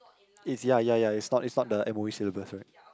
it's ya ya ya it's not it's not the m_o_e syllabus right